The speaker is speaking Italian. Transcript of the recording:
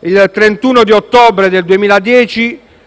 il 31 ottobre del 2010,